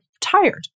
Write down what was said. tired